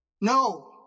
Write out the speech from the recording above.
No